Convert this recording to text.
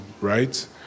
right